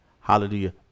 hallelujah